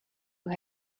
who